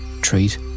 treat